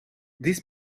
this